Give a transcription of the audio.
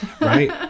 Right